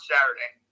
Saturday